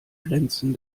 grenzen